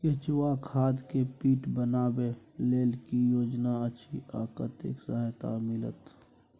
केचुआ खाद के पीट बनाबै लेल की योजना अछि आ कतेक सहायता मिलत?